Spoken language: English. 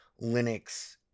Linux